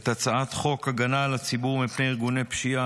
את הצעת חוק הגנה על הציבור מפני ארגוני פשיעה,